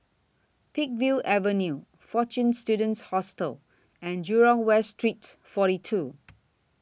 Peakville Avenue Fortune Students Hostel and Jurong West Street forty two